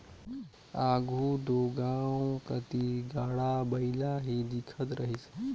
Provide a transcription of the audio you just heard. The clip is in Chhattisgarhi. आघु दो गाँव कती गाड़ा बइला ही दिखत रहिस